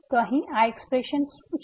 તો અહીં આ એક્સ્પ્રેશન શું છે